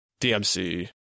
DMC